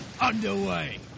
underway